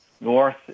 north